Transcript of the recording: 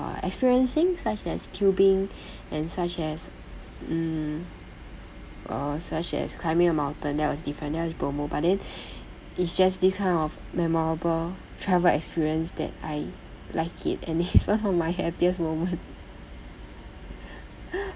experiencing such as tubing and such as mm uh such as climbing a mountain that was different that was bromo but then it's just this kind of memorable travel experience that I like it and it's one of my happiest moment